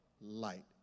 light